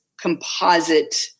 composite